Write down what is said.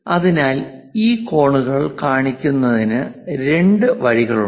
അതിനാൽ ഈ കോണുകൾ കാണിക്കുന്നതിന് രണ്ട് വഴികളുണ്ട്